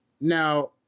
Now